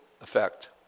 effect